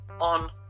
on